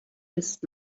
ist